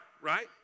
Right